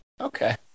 Okay